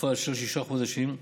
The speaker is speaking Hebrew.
לתקופה של שישה חודשים,